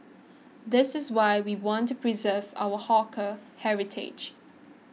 this is why we want to preserve our hawker heritage